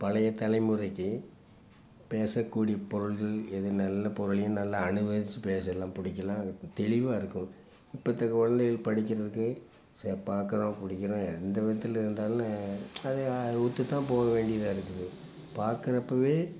பழைய தலைமுறைக்கு பேசக்கூடிய பொருள்கள் எதுனெல்ல பொருளையும் நல்லா அனுபவித்து பேசலாம் பிடிக்கலாம் தெளிவாக இருக்கும் இப்பத்த கொழந்தைகள் படிக்கிறதுக்கு சே பார்க்கறோம் பிடிக்கிறோம் எந்த விதத்தில் இருந்தாலும் நான் அதை விட்டு தான் போக வேண்டியதாக இருக்குது பார்க்கறப்பவே